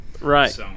Right